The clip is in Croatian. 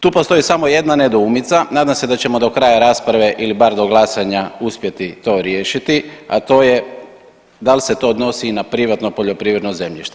Tu postoji samo jedna nedoumica, nadam se da ćemo do kraja rasprava ili bar do glasanja uspjeti to riješiti, a to je da li se to odnosi i na privatno poljoprivredno zemljište.